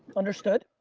understood.